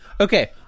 okay